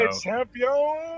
Champion